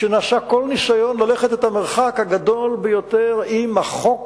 ונעשה כל הניסיון ללכת את המרחק הגדול ביותר עם החוק